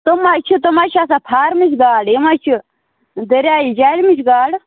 تِم حَظ چھِ تِم حظ چھِ آسان فارمٕچ گاڈٕ یِم حَظ چھِ دٔریایہِ جہلِمِچ گاڈٕ